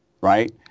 Right